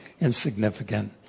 insignificant